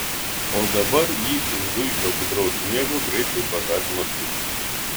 o dabar jį iš zuikio budraus miego greitai pažadino triukšmas